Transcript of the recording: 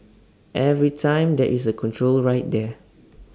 every time there is A control right there